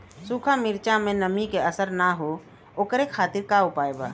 सूखा मिर्चा में नमी के असर न हो ओकरे खातीर का उपाय बा?